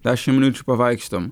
dešim minučių pavaikštom